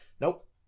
nope